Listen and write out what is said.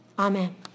Amen